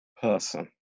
person